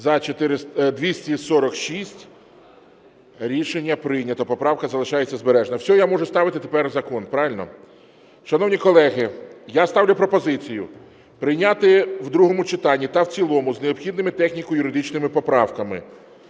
За-246 Рішення прийнято. Поправка залишається збережена. Все, я можу ставити тепер закон, правильно? Шановні колеги, я ставлю пропозицію прийняти в другому читанні та в цілому з необхідними техніко-юридичними поправками